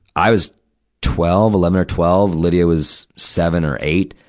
i was twelve, eleven or twelve. lydia was seven or eight.